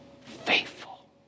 faithful